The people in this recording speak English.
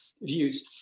views